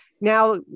now